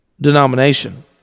denomination